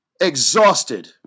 exhausted